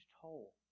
toll